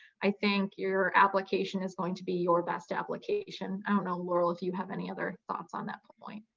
i think your application is going to be your best application. i don't know, laurel, if you have any other thoughts on that point.